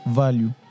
value